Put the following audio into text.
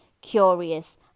curious